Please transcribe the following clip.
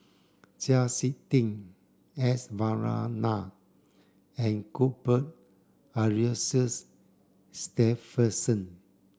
Chau Sik Ting S Varathan and Cuthbert Aloysius Shepherdson